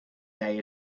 day